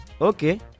okay